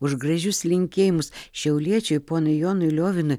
už gražius linkėjimus šiauliečiui ponui jonui liovinui